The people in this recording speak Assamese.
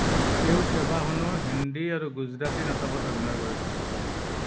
তেওঁ কেইবাখনো হিন্দী আৰু গুজৰাটী নাটকত অভিনয় কৰিছিল